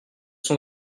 sont